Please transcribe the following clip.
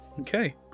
Okay